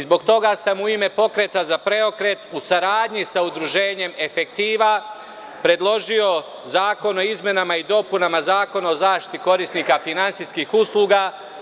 Zbog toga sam u ime Pokreta za Preokret, u saradnji sa Udruženjem „Efektiva“ predložio Zakona o izmenama i dopunama Zakona o zaštiti korisnika finansijskih usluga.